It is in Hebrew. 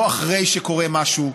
לא אחרי שקורה משהו.